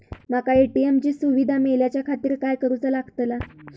माका ए.टी.एम ची सुविधा मेलाच्याखातिर काय करूचा लागतला?